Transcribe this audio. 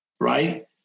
Right